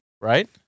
Right